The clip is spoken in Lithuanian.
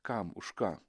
kam už ką